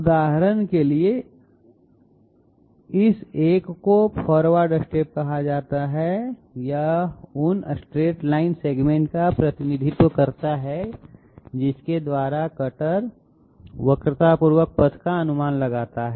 उदाहरण के लिए इस एक को फॉरवर्ड स्टेप कहा जाता है यह उन स्ट्रेट लाइन सेगमेंट का प्रतिनिधित्व करता है जिसके द्वारा कटर वक्रतापूर्ण पथ का अनुमान लगाता है